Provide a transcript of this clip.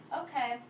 okay